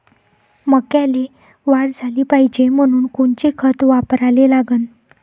मक्याले वाढ झाली पाहिजे म्हनून कोनचे खतं वापराले लागन?